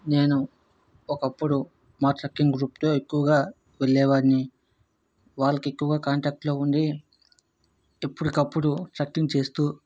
నేను ఒకప్పుడు మా ట్రక్కింగ్ గ్రూప్తో ఎక్కువగా వెళ్ళేవాడిని వాళ్ళకి ఎక్కువగా కాంటాక్ట్లో ఉండి ఎప్పుడికప్పుడు ట్రక్కింగ్ చేస్తూ